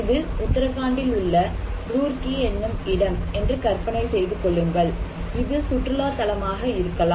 இது உத்தரகாண்டில் உள்ள நோக்கி என்னும் இடம் என்று கற்பனை செய்து கொள்ளுங்கள் இது சுற்றுலாத்தலமாக இருக்கலாம்